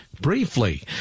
briefly